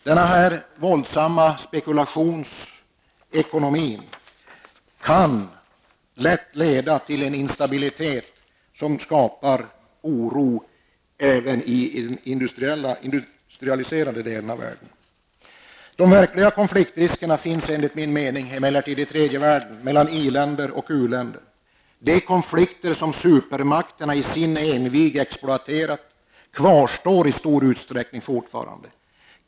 Denna våldsamma spekulationsekonomi kan lätt leda till en instabilitet som skapar oro även i den industrialiserade delen av världen. Enligt min mening finns emellertid de verkliga konfliktriskernai tredje världen, mellan i-länder och u-länder. De konflikter som supermakterna i sin envig exploaterat kvarstår i stor utsträckning fortfarande.